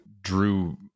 drew